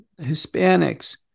Hispanics